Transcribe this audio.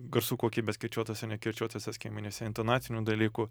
garsų kokybės kirčiuotuose nekirčiuotuose skiemenyse intonacinių dalykų